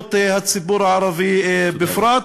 זכויות הציבור הערבי בפרט.